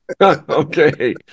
Okay